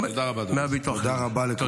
תודה רבה, אדוני.